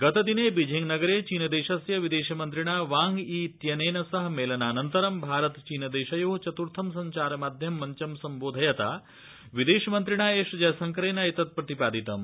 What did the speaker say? गतदिने बिजिंग नगरे चीन देशस्य विदेश मन्त्रिणा वांग यी इत्यनेन सह मेलनानन्तरं भारत चीन देशयो चत्थं सञ्चार माध्यम मञ्चं सम्बोधयता विदेशमन्त्रिणा एस जयशंकरेण एतत् प्रतिपादितम्